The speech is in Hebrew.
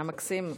היה מקסים.